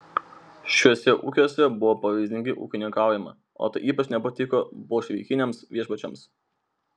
šiuose ūkiuose buvo pavyzdingai ūkininkaujama o tai ypač nepatiko bolševikiniams viešpačiams